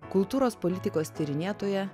kultūros politikos tyrinėtoja